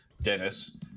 Dennis